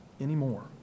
anymore